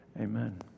amen